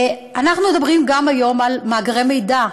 אנחנו מדברים היום גם על מאגרי מידע,